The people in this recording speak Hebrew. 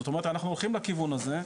זאת אומרת אנחנו הולכים לכיוון הזה.